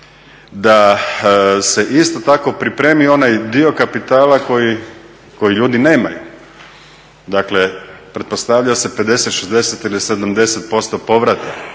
da se isto tako pripremi onaj dio kapitala koji ljudi nemaju. Dakle pretpostavlja se 50, 60 ili 70% povrata,